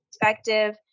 Perspective